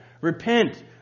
Repent